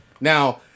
Now